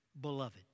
beloved